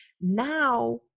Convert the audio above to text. now